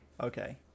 Okay